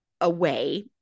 away